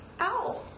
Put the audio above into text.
ow